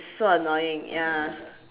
so annoying ya